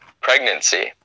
pregnancy